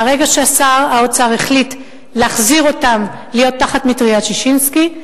מהרגע ששר האוצר החליט להחזיר אותם להיות תחת מטריית ששינסקי,